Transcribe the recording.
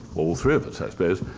or three of us, i suppose,